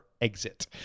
exit